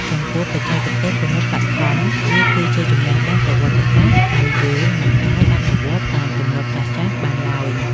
ចំពោះ បច្ចេកទេសពន្លត់បឋម វាគឺជាចំណេះដឹងវិទ្យាសាស្ត្រ ហើយយើងមិនអាចអនុវត្តតាមទម្លាប់ចាស់ៗបានឡើយ។